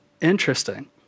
interesting